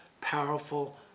powerful